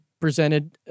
Presented